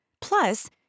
Plus